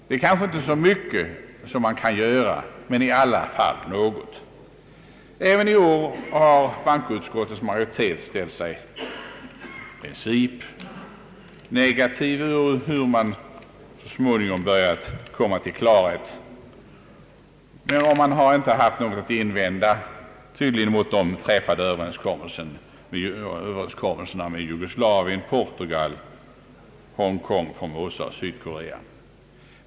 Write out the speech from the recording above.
Det är kanske inte så mycket som man kan göra, men det är i alla fall något. Även i år har bankoutskottets majoritet ställt sig i princip negativ, ehuru man så småningom börjat komma till klarhet. Man har tydligen inte haft något att invända mot de träffade överenskommelserna med Jugoslavien, Portugal, Hongkong, Formosa och Sydkorea.